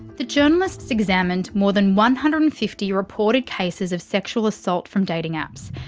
the journalists examined more than one hundred and fifty reported cases of sexual assault from dating apps.